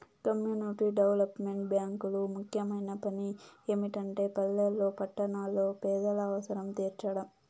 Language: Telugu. కమ్యూనిటీ డెవలప్మెంట్ బ్యేంకులు ముఖ్యమైన పని ఏమిటంటే పల్లెల్లో పట్టణాల్లో పేదల అవసరం తీర్చడం